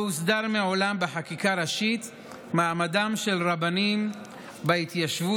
מעולם לא הוסדר בחקיקה ראשית מעמדם של רבנים בהתיישבות,